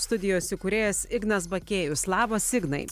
studijos įkūrėjas ignas bakėjus labas ignai